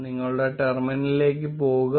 നിങ്ങളുടെ ടെർമിനലിലേക്ക് പോകുക